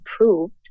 approved